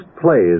Plays